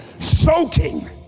soaking